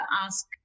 ask